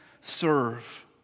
serve